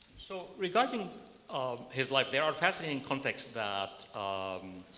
so regarding um his life, there are fascinating contexts that um